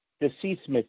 deceased